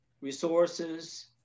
resources